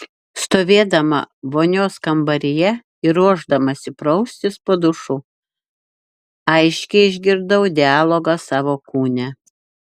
stovėdama vonios kambaryje ir ruošdamasi praustis po dušu aiškiai išgirdau dialogą savo kūne